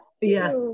Yes